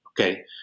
Okay